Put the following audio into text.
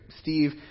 Steve